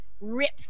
Rip